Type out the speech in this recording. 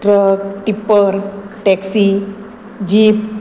truck tipper taxi jeep